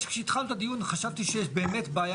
כשהתחלנו את הדיון חשבתי שיש במאת בעיה